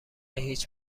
هیچ